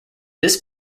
this